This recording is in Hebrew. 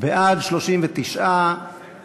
ובכן, בעד ההסתייגות 12, 32 מתנגדים.